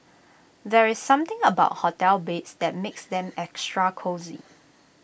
there's something about hotel beds that makes them extra cosy